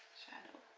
shadow